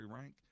rank